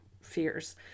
fears